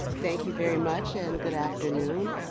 thank you very much and good afternoon.